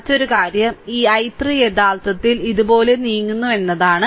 മറ്റൊരു കാര്യം ഈ I3 യഥാർത്ഥത്തിൽ ഇതുപോലെ നീങ്ങുന്നു എന്നതാണ്